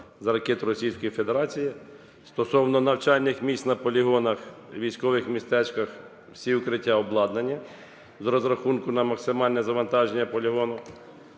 Федерації. Стосовно навчальних місць на полігонах, у військових містечках. Всі укриття обладнані з розрахунку на максимальне завантаження полігону.